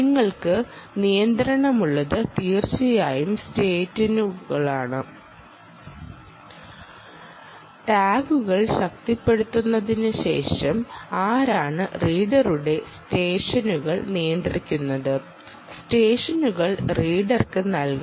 നിങ്ങൾക്ക് നിയന്ത്രണമുള്ളത് തീർച്ചയായും സ്റ്റെഷനുകളാണ് ടാഗുകൾ ശക്തിപ്പെടുത്തിയതിനുശേഷം ആരാണ് റീഡറുടെ സെഷനുകൾ നിയന്ത്രിക്കുന്നത് സ്റ്റെഷനുകൾ റീഡർക്ക് നൽകാം